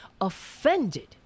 offended